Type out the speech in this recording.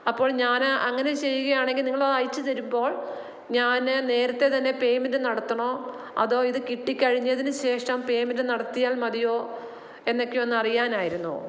അപ്പോൾ ഞാന് അങ്ങനെ ചെയ്യുകയാണെങ്കിൽ നിങ്ങളത് അയച്ചു തരുമ്പോൾ ഞാന് നേരത്തെ തന്നെ പേമെന്റ് നടത്തണോ അതോ ഇത് കിട്ടിക്കഴിഞ്ഞതിനുശേഷം പേമെന്റ് നടത്തിയാൽ മതിയോ എന്നൊക്കെ ഒന്ന് അറിയാനായിരുന്നു